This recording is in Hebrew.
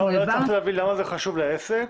לא הצלחתי להבין למה זה חשוב לעסק